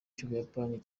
cy’ubuyapani